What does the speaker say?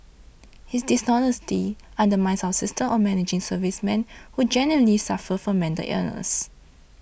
his dishonesty undermines our system of managing servicemen who genuinely suffer from mental illness